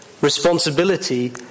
responsibility